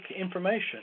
information